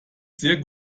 sehr